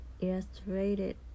Illustrated